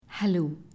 Hello